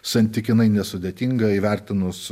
santykinai nesudėtinga įvertinus